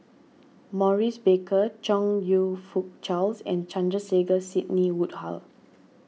Maurice Baker Chong You Fook Charles and Sandrasegaran Sidney Woodhull